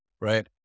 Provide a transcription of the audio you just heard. right